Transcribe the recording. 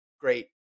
great